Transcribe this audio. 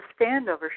standover